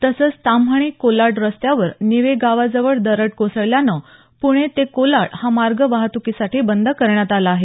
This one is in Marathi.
तसंच ताम्हाणी कोलाड रस्त्यावर नीवे गावाजवळ दरड कोसळल्यानं पुणे ते कोलाड हा मार्ग वाहतुकीसाठी बंद करण्यात आला आहे